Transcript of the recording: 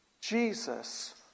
Jesus